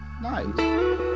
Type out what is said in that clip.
Nice